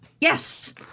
Yes